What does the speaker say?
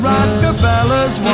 Rockefellers